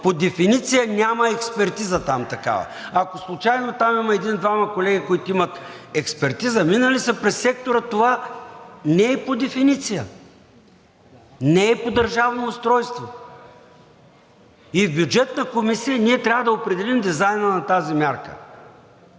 по дефиниция там няма такава експертиза. Ако случайно там има един-двама колеги, които имат експертиза, минали са през сектора, това не е по дефиниция, не е по държавно устройство. И в Бюджетната комисия ние трябва да определим дизайна на тази мярка.